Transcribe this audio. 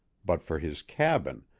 but for his cabin,